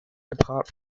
depart